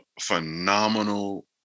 phenomenal